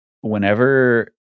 whenever